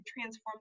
transform